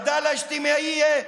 עדאלה אג'תמעיה,